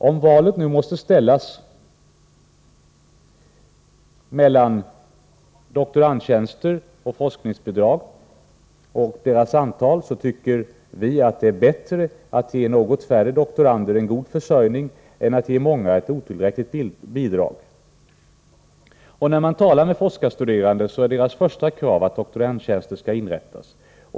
Om valet måste ställas mellan doktorandtjänster och forskningsbidrag å ena sidan och tjänsternas antal å andra sidan, tycker vi att det är bättre att ge något färre doktorander en god försörjning än att ge många ett otillräckligt 55 bidrag. Och när man talar med forskarstuderande så är deras första krav att doktorandtjänster skall inrättas.